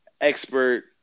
expert